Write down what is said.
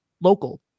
local